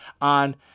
on